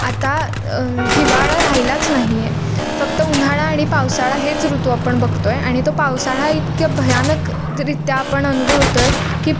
आता हिवाळा राहिलाच नाही आहे फक्त उन्हाळा आणि पावसाळा हेच ऋतू आपण बघतो आहे आणि तो पावसाळा इतक्या भयानक द रीत्या आपण अनुभवतो आहे की